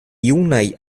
junaj